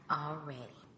already